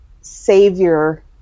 savior